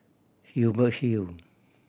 Hubert Hill